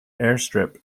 airstrip